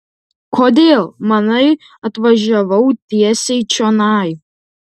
kodėl manai atvažiavau tiesiai čionai